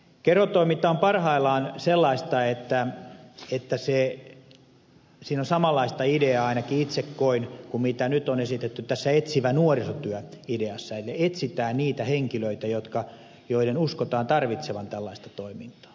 kerhotoiminta on parhaillaan sellaista ainakin itse koin niin että siinä on samanlaista ideaa kuin nyt on esitetty tässä etsivän nuorisotyön ideassa eli etsitään niitä henkilöitä joiden uskotaan tarvitsevan tällaista toimintaa